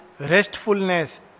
restfulness